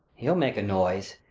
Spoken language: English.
he'll make a noise,